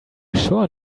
sure